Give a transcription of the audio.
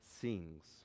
sings